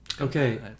Okay